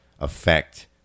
affect